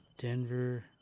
Denver